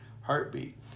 heartbeat